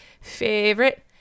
favorite